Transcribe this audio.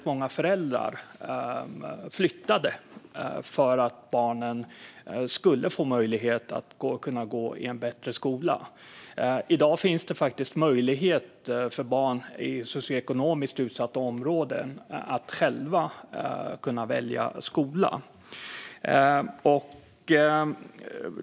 Många föräldrar flyttade för att barnen skulle få möjlighet att gå i en bättre skola. I dag är det möjligt för barn i socioekonomiskt utsatta områden att själva välja skola.